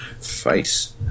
face